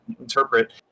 interpret